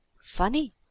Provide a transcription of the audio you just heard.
funny